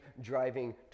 driving